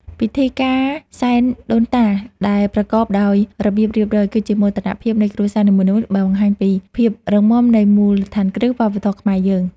ពិធីការសែនដូនតាដែលប្រកបដោយរបៀបរៀបរយ គឺជាមោទនភាពនៃគ្រួសារនីមួយៗដែលបង្ហាញពីភាពរឹងមាំនៃមូលដ្ឋានគ្រឹះវប្បធម៌ខ្មែរយើង។